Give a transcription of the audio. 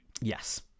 Yes